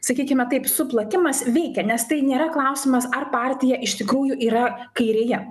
sakykime taip suplakimas veikia nes tai nėra klausimas ar partija iš tikrųjų yra kairėje